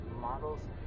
models